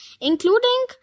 including